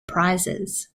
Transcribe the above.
prizes